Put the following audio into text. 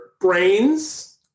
brains